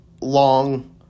long